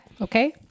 Okay